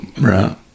Right